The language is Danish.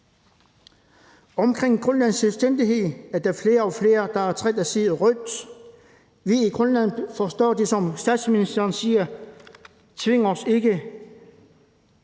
Omkring Grønlands selvstændighed er der flere og flere, der er trætte af at se rødt lys. Vi i Grønland forstår det, som statsministeren siger: Tving os ikke